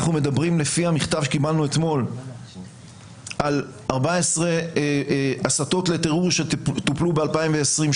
אנחנו מדברים לפי המכתב שקיבלנו אתמול על 14 הסתות לטרור שטופלו ב-2020,